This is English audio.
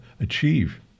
achieve